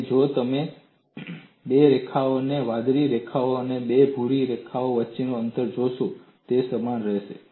અને જો તમે બે રેખાઓ બે વાદળી રેખાઓ અને બે ભૂરા રેખાઓ વચ્ચેના અંતરને જોશો તો તે સમાન રહેશે